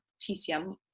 TCM